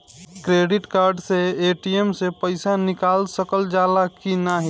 Credit card से ATM से पइसा निकाल सकल जाला की नाहीं?